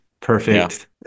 Perfect